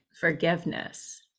forgiveness